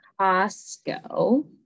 Costco